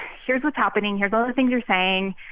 here's what's happening. here's all the things you're saying.